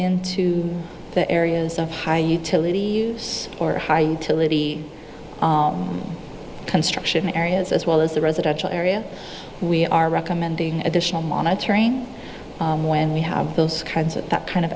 into the areas of high utility or high utility construction areas as well as the residential area we are recommending additional monitoring when we have those kinds of that kind of